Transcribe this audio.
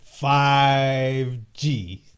5G